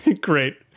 Great